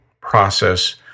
process